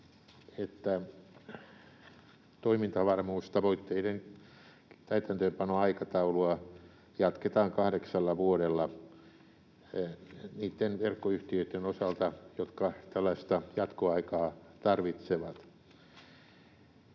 että toimintavarmuustavoitteiden täytäntöönpanoaikataulua jatketaan kahdeksalla vuodella niitten verkkoyhtiöitten osalta, jotka tällaista jatkoaikaa tarvitsevat.